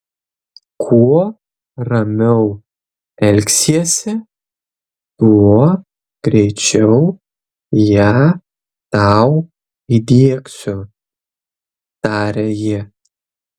kuo ramiau elgsiesi tuo greičiau ją tau įdiegsiu taria ji